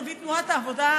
אבי תנועת העבודה,